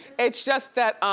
it's just that,